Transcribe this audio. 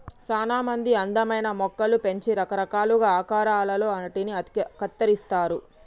సానా మంది అందమైన మొక్కలు పెంచి రకరకాలుగా ఆకారాలలో ఆటిని కత్తిరిస్తారు